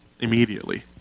immediately